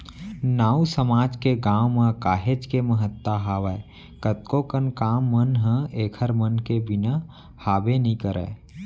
नाऊ समाज के गाँव म काहेच के महत्ता हावय कतको कन काम मन ह ऐखर मन के बिना हाबे नइ करय